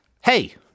Hey